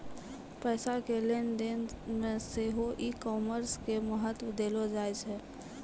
पैसा के लेन देनो मे सेहो ई कामर्स के महत्त्व देलो जाय छै